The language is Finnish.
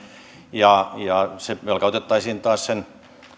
se velka otettaisiin taas sen